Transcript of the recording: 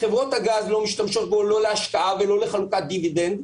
חברות הגז לא משתמשות בו לא להשקעה ולא לחלוקת דיבידנד,